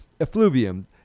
Effluvium